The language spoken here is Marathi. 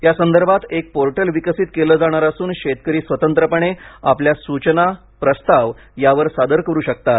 या संदर्भात एक पोर्टल विकसित केलं जाणार असून शेतकरी स्वतंत्रपणे आपल्या सूचना प्रस्ताव यावर सादर करू शकतात